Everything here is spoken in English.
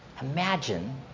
Imagine